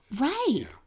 Right